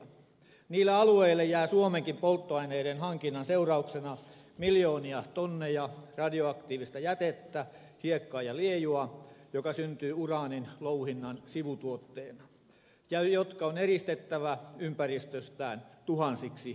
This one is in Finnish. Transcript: niille alueille jää suomenkin polttoaineiden hankinnan seurauksena miljoonia tonneja radioaktiivista jätettä hiekkaa ja liejua joka syntyy uraanin louhinnan sivutuotteena ja joka on eristettävä ympäristöstään tuhansiksi vuosiksi